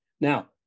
Now